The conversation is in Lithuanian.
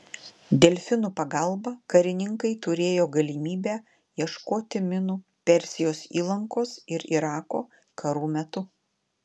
delfinų pagalba karininkai turėjo galimybę ieškoti minų persijos įlankos ir irako karų metu